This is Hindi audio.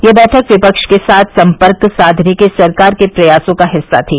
यह बैठक विपक्ष के साथ संपर्क साधने के सरकार के प्रयासों का हिस्सा थी